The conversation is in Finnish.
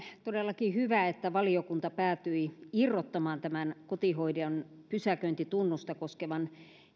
todellakin hyvä että valiokunta päätyi irrottamaan tämän kotihoidon pysäköintitunnusta koskevan